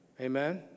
Amen